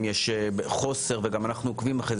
אם יש חוסר וגם אנחנו עוקבים אחרי זה.